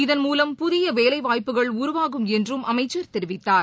இதன்மூலம் புதியவேலைவாய்ப்புகள் உருவாகும் என்றும் அமைச்சர் தெரிவித்தார்